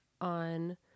on